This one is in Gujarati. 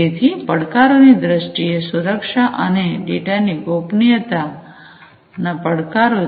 તેથી પડકારોની દ્રષ્ટિએ સુરક્ષા અને ડેટાની ગોપનીયતા પડકારો છે